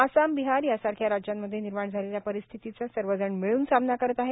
आसाम बिहार यासारख्या राज्यांमध्ये निर्माण झालेल्या परिस्थितीचा सर्वजण मिळून सामना करत आहेत